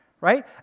right